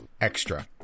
Extra